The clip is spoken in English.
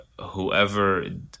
whoever